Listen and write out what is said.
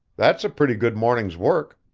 that's a pretty good morning's work.